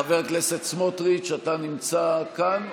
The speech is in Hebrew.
חבר הכנסת סמוטריץ', אתה נמצא כאן?